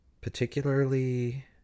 particularly